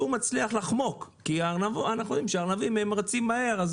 שהוא מצליח לחמוק כי אנחנו יודעים שארנבים רצים מהר,